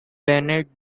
bennett